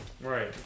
Right